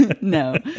No